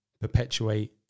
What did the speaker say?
perpetuate